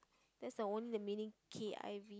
that's a own the meaning K_I_V